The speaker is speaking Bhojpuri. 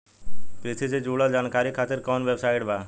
कृषि से जुड़ल जानकारी खातिर कोवन वेबसाइट बा?